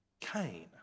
Cain